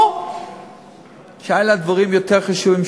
או שהיו לה דברים יותר חשובים,